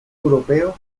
europeo